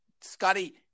Scotty